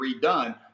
redone